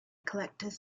collectors